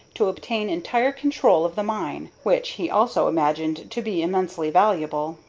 to obtain entire control of the mine, which he also imagined to be immensely valuable.